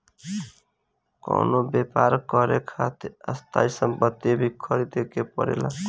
कवनो व्यापर करे खातिर स्थायी सम्पति भी ख़रीदे के पड़ेला